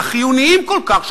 החיוניים כל כך,